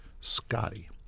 Scotty